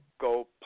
go